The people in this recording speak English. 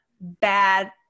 bad